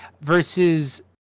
versus